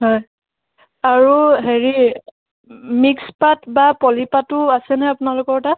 হয় আৰু হেৰি মিক্স পাট বা পলি পাটো আছেনে আপোনালোকৰ তাত